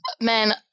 man